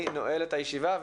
אני נועל את הישיבה.